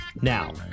Now